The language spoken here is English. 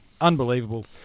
Unbelievable